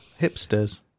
Hipsters